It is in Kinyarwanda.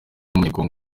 nibwo